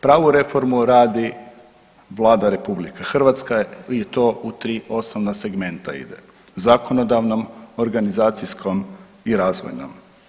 Pravu reformu radi Vlada RH i to u tri osnovna segmenta ide, zakonodavnom, organizacijskom i razvojnom.